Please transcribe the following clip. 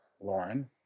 Lauren